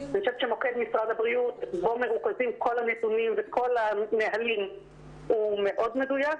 מוקד משרד הבריאות שבו מרוכזים כל הנתונים וכל הנהלים הוא מאוד מדויק,